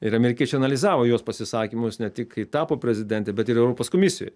ir amerikiečiai analizavo jos pasisakymus ne tik kai tapo prezidente bet ir europos komisijoj